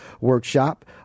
workshop